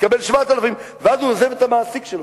תקבל 7,000. ואז הוא עוזב את המעסיק שלו.